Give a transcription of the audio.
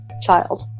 child